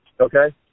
Okay